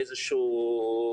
איזושהי התפרצות,